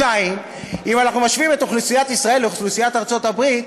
2. אם אנחנו משווים את אוכלוסיית ישראל לאוכלוסיית ארצות-הברית,